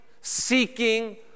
seeking